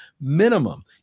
minimum